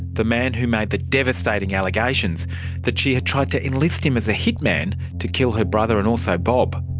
the man who made the devastating allegations that she had tried to enlist him as a hitman to kill her brother and also bob.